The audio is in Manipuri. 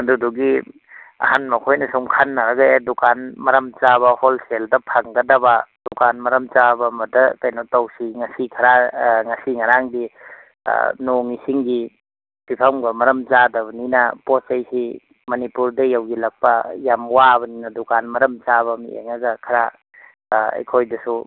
ꯑꯗꯨꯗꯨꯒꯤ ꯑꯍꯟ ꯃꯈꯣꯏꯅ ꯁꯨꯝ ꯈꯟꯅꯔꯒ ꯑꯦ ꯗꯨꯀꯥꯟ ꯃꯔꯝ ꯆꯥꯕ ꯍꯣꯜꯁꯦꯜꯗ ꯐꯪꯒꯗꯕ ꯗꯨꯀꯥꯟ ꯃꯔꯝ ꯆꯥꯕ ꯑꯃꯗ ꯀꯩꯅꯣ ꯇꯧꯁꯤ ꯉꯁꯤ ꯈꯔ ꯉꯁꯤ ꯉꯔꯥꯡꯗꯤ ꯅꯣꯡ ꯏꯁꯤꯡꯒꯤ ꯐꯤꯕꯝꯒ ꯃꯔꯝ ꯆꯥꯗꯕꯅꯤꯅ ꯄꯣꯠ ꯆꯩꯁꯤ ꯃꯅꯤꯄꯨꯔꯗ ꯌꯧꯁꯤꯜꯂꯛꯄ ꯌꯥꯝ ꯋꯥꯕꯅꯤꯅ ꯗꯨꯀꯥꯟ ꯃꯔꯝ ꯆꯥꯕ ꯑꯃ ꯌꯦꯡꯉꯒ ꯈꯔ ꯑꯩꯈꯣꯏꯗꯁꯨ